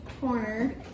corner